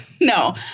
No